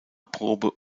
probe